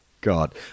god